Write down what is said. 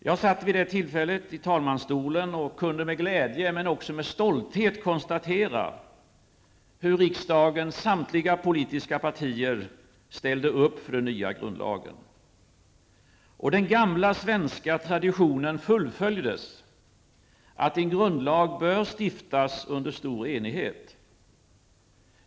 Jag satt vid det tillfället i talmansstolen och kunde med glädje, men också med stolthet, konstatera hur riksdagens politiska partier ställde upp för den nya grundlagen. Den gamla svenska traditionen fullföljdes, att en grundlag skall stiftas under stor enighet.